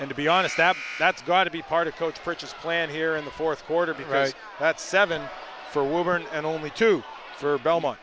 and to be honest that that's got to be part of coach purchase plan here in the fourth quarter be right at seven for wolverine and only two for belmont